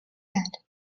head